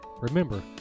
Remember